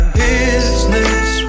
business